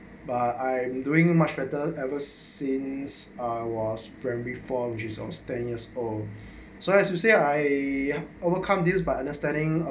but I am doing much better ever since I was from reform jews on ten years or so as you say I overcome these by understanding